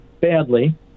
badly